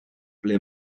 ble